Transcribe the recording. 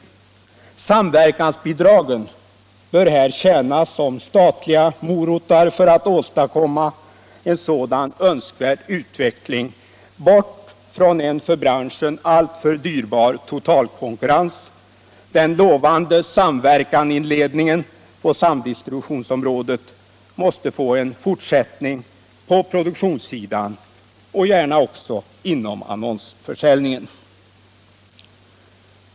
Samverkansbidragen bör här tiäna som statliga ”morötter” för att åstadkomma en sådan önskvärd utveckling bort från en för branschen alltför dyrbar totalkonkurrens. Den lovande samverkansinledningen på samdistributionsområdet måste få en fortsättning på produktionssidan och gärna också inom annonsförsäljningen.